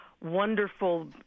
wonderful